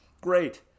Great